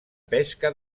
pesca